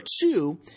two